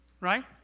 right